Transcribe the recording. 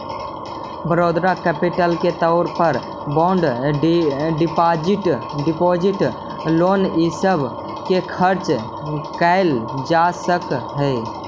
borrowed capital के तौर पर बॉन्ड डिपाजिट लोन इ सब के चर्चा कैल जा सकऽ हई